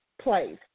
place